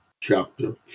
chapter